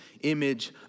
image